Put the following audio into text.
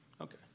Okay